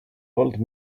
old